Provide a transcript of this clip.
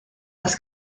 les